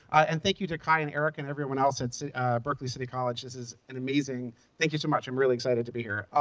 and thank you to kai, and eric, and everyone else at berkeley city college. this is an amazing thank you so much. i'm really excited to be here.